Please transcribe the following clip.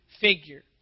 figure